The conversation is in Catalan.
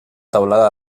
teulada